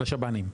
לשב"נים.